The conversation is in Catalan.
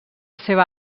seva